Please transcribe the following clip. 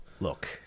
Look